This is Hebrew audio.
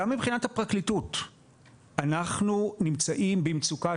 גם מבחינת הפרקליטות אנחנו נמצאים במצוקת